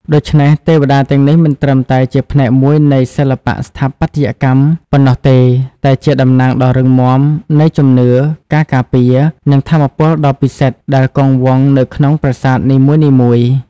ដូច្នេះ ទេវតាទាំងនេះមិនត្រឹមតែជាផ្នែកមួយនៃសិល្បៈស្ថាបត្យកម្មប៉ុណ្ណោះទេ តែជាតំណាងដ៏រឹងមាំនៃជំនឿ ការការពារ និងថាមពលដ៏ពិសិដ្ឋដែលគង់វង្សនៅក្នុងប្រាសាទនីមួយៗ។